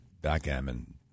Backgammon